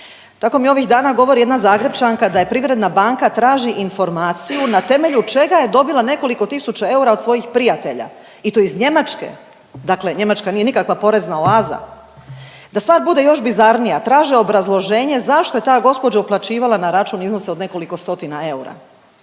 Tako mi ovih dana govori jedna Zagrepčanka da je Privredna banka traži informaciju na temelju čega je dobila nekoliko tisuća eura od svojih prijatelja i to iz Njemačke, dakle Njemačka nije nikakva porezna oaza. Da stvar bude još bizarnija, traže obrazloženje zašto je ta gospođa uplaćivala na račun iznose od nekoliko stotina eura.